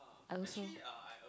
I also